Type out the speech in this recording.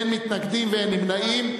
באין מתנגדים ואין נמנעים.